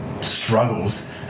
struggles